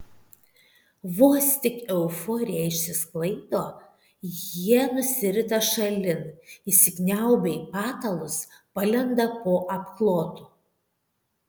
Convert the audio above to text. vos tik euforija išsisklaido jie nusirita šalin įsikniaubia į patalus palenda po apklotu